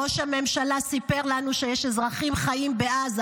ראש הממשלה סיפר לנו שיש אזרחים חיים בעזה.